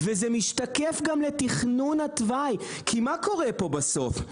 וזה משתקף גם לתכנון התוואי, כי מה קורה פה בסוף?